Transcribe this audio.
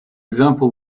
example